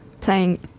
playing